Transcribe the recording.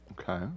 Okay